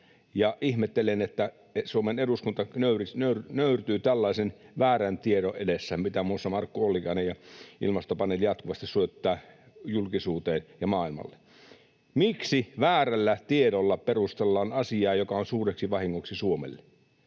ihmettelen, että Suomen eduskunta nöyrtyy tällaisen väärän tiedon edessä, mitä muun muassa Markku Ollikainen ja Ilmastopaneeli jatkuvasti syöttävät julkisuuteen ja maailmalle. Miksi väärällä tiedolla perustellaan asiaa, joka on suureksi vahingoksi Suomelle?